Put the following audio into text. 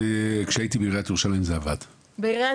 --- כשהייתי בעיריית ירושלים זה עבד תמיד.